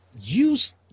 use